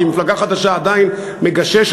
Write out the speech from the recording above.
כי מפלגה חדשה עדיין מגששת,